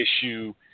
issue